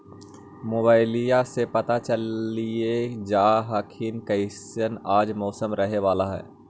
मोबाईलबा से पता चलिये जा हखिन की कैसन आज मौसम रहे बाला है?